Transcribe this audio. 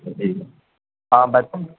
جی آپ بتائیں